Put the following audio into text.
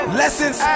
lessons